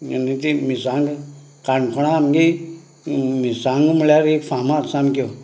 आनी ती मिरसांग काणकोणा आमगे मिरसांग म्हळ्या एक फामाद सामक्यो